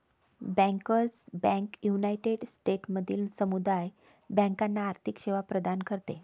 bankers bank united स्टेट्समधील समुदाय बँकांना आर्थिक सेवा प्रदान करते